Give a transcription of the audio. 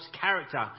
character